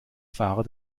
fahrer